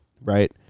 Right